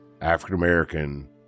African-American